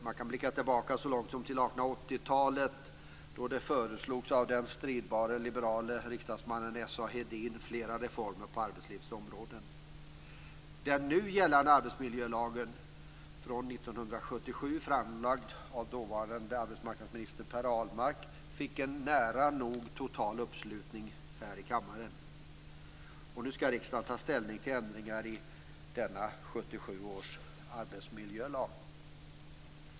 Man kan blicka tillbaka så långt som till 1880 Ahlmark fick en nära nog total uppslutning här i kammaren. Nu ska riksdagen ta ställning till ändringar i denna 1977 års arbetsmiljölag.